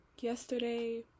yesterday